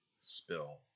spill